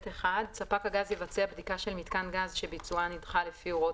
(ב)(1)ספק הגז יבצע בדיקה של מיתקן גז שביצועה נדחה לפי הוראות